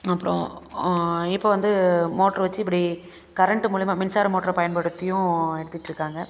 அப்புறோம் இப்போ வந்து மோட்ரு வச்சி இப்படி கரண்ட்டு மூலியமாக மின்சார மோட்ரை பயன்படுத்தியும் எடுத்துட்டுருக்காங்க